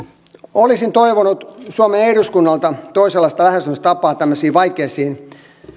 olisin toivonut suomen eduskunnalta toisenlaista lähestymistapaa tämmöisiin vaikeisiin